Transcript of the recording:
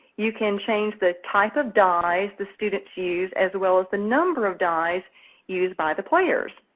you can change the type of dies the students use as well as the number of dies used by the players.